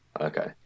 Okay